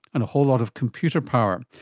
and a whole lot of computer power.